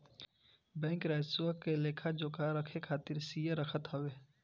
bank राजस्व क लेखा जोखा रखे खातिर सीए रखत हवे